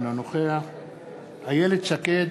אינו נוכח איילת שקד,